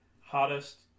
hottest